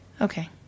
Okay